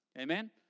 Amen